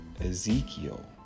Ezekiel